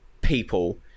people